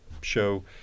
show